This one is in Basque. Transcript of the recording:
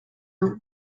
hau